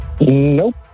Nope